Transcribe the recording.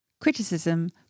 criticism